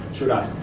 should i?